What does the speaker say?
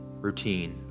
routine